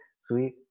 sweet